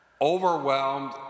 overwhelmed